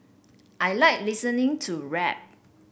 I like listening to rap